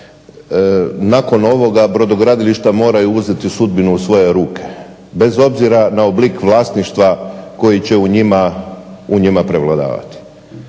nakon ovog brodogradilišta moraju uzeti sudbinu u svoje ruke, bez obzira na oblik vlasništva koji će u njima prevladati.